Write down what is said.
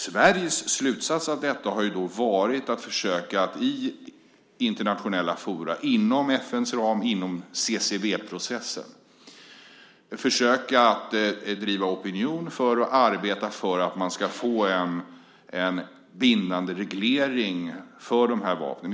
Sveriges slutsats av detta har då varit att försöka att i internationella forum, inom FN:s ram och inom CCW-processen försöka driva opinion och arbeta för att man ska få en bindande reglering för de här vapnen.